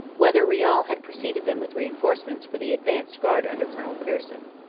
whither riall had preceded them with reinforcements for the advanced guard under colonel pearson.